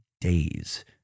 days